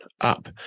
up